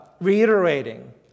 reiterating